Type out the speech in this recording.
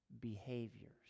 behaviors